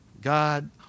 God